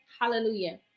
Hallelujah